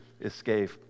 escape